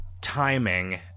timing